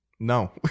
No